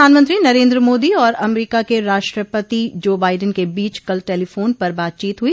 प्रधानमंत्री नरेन्द्र मोदी और अमरीका के राष्ट्रपति जो बाइडेन के बीच कल टेलीफोन पर बातचीत हुई